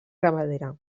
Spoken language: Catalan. ramadera